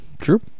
True